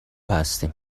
هستیم